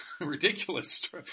ridiculous